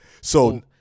So-